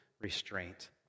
restraint